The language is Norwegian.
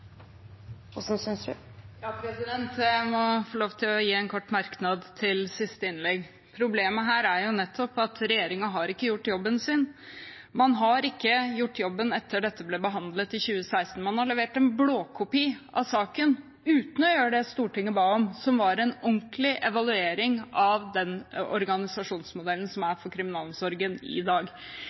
Jeg må få lov til å komme med en kort merknad til siste innlegg. Problemet her er jo nettopp at regjeringen ikke har gjort jobben sin. Man har ikke gjort jobben etter at dette ble behandlet i 2016. Man har levert en blåkopi av saken uten å gjøre det Stortinget ba om, som var en ordentlig evaluering av den organisasjonsmodellen som er for kriminalomsorgen i dag.